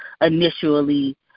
initially